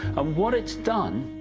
um what it's done.